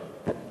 כן.